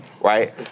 right